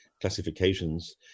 classifications